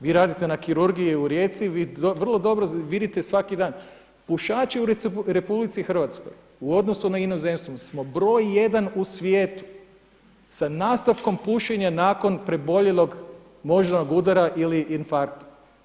Vi radite na kirurgiji u Rijeci, vi vrlo dobro vidite svaki dan, pušači u RH u odnosu na inozemstvo smo broj 1 u svijetu sa nastavkom pušenja nakon preboljenog moždanog udara ili infarkta.